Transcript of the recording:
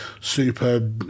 super